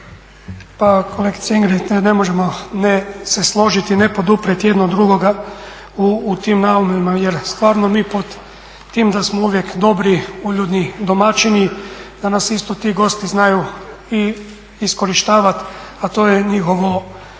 Pa kolegice Ingrid, ne možemo ne se složiti, ne poduprijeti jedno drugoga u tim naumima jer stvarno mi pod tim da smo uvijek dobri, uljudni domaćini, da nas isto ti gosti znaju i iskorištavati, a to je njihovo,